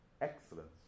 excellence